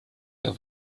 der